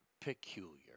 peculiar